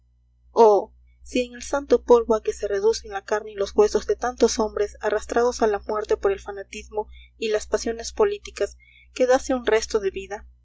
oh si en el santo polvo a que se reducen la carne y los huesos de tantos hombres arrastrados a la muerte por el fanatismo y las pasiones políticas quedase un resto de vida